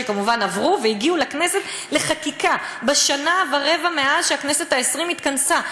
שכמובן עברו והגיעו לכנסת לחקיקה בשנה ורבע מאז שהכנסת העשרים התכנסה.